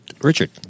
richard